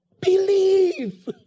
Believe